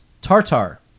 Tartar